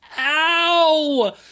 ow